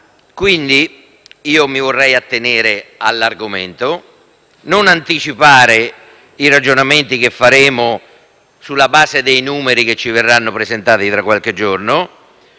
Io mi vorrei attenere all'argomento, non anticipare i ragionamenti che faremo sulla base dei numeri che ci verranno presentati tra qualche giorno